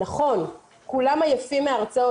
נכון, כולם עייפים מהרצאות.